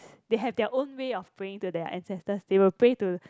they have their own way of praying their ancestors they will pray to